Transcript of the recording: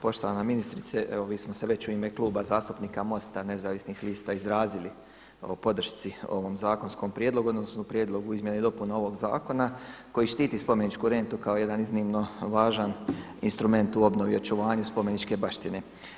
Poštovana ministrice, evo mi smo se već u ime Kluba zastupnika MOST-a nezavisnih lista izrazili o podršci ovom zakonskom prijedlogu, odnosno prijedlogu izmjena i dopuna ovog zakona koji štiti spomeničku rentu kao jedan iznimno važan instrument u obnovi i očuvanju spomeničke baštine.